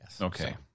Okay